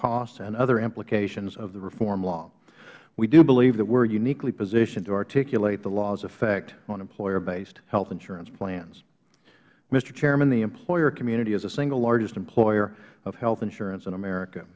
costs and other implications of the reform law we do believe that we are uniquely positioned to articulate the law's effect on employer based health insurance plans mister chairman the employer community is the single largest employer of health insurance in america